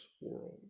world